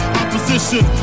opposition